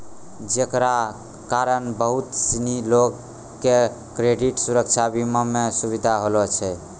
जेकरा कारण बहुते सिनी लोको के क्रेडिट सुरक्षा बीमा मे सुविधा होलो छै